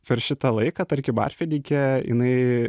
per šitą laiką tarkim arfininkė jinai